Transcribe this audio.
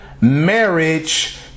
marriage